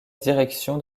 direction